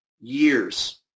Years